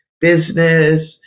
business